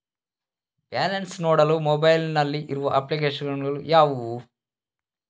Balance ನೋಡಲು mobile ನಲ್ಲಿ ಇರುವ ಅಪ್ಲಿಕೇಶನ್ ಗಳು ಯಾವುವು?